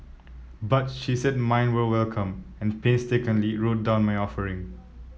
but she said mine were welcome and painstakingly wrote down my offering